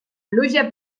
pluja